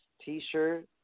t-shirt